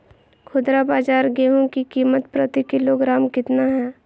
खुदरा बाजार गेंहू की कीमत प्रति किलोग्राम कितना है?